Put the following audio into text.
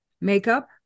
makeup